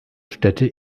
städte